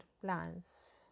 plans